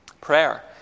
Prayer